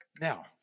Now